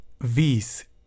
Vs